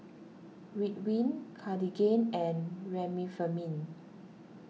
Ridwind Cartigain and Remifemin